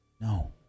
No